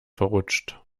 verrutscht